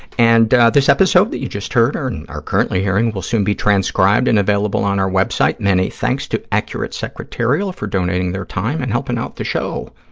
and this episode that you just heard or and are currently hearing will soon be transcribed and available on our web site. many thanks to accurate secretarial for donating their time and helping out the show.